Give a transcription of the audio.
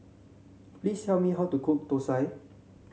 please tell me how to cook thosai